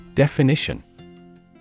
Definition